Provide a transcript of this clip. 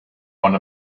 one